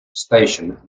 station